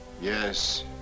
Yes